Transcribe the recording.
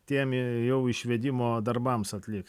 tiem jau išvedimo darbams atlikt